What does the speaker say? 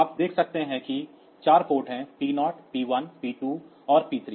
तो आप देख सकते हैं कि 4 पोर्ट हैं P0 P1 P2 और P3